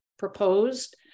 Proposed